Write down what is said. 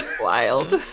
Wild